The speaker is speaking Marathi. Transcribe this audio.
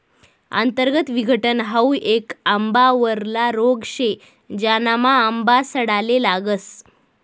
अंतर्गत विघटन हाउ येक आंबावरला रोग शे, ज्यानामा आंबा सडाले लागस